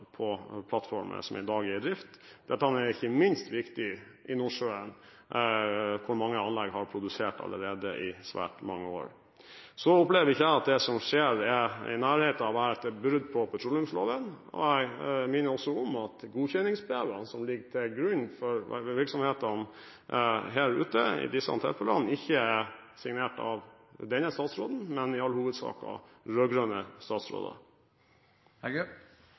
på plattformene som i dag er i drift. Dette er ikke minst viktig i Nordsjøen, hvor mange anlegg har produsert allerede i svært mange år. Så opplever ikke jeg at det som skjer, er i nærheten av å være et brudd på petroleumsloven. Jeg minner også om at godkjenningsbrevene som ligger til grunn for virksomhetene her ute, i disse tilfellene ikke er signert av denne statsråden, men i all hovedsak av rød-grønne statsråder.